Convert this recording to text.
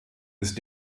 ist